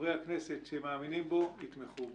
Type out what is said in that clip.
שחברי הכנסת שמאמינים בו, יתמכו בו.